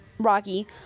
Rocky